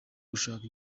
gushaka